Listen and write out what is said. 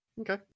Okay